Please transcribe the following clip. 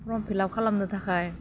form fill up खालामनो थाखाय